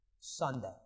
Sunday